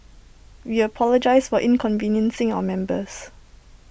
we apologise for inconveniencing our members